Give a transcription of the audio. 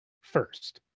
first